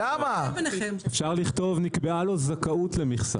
אפשר לכתוב נקבעה לו זכאות למכסה.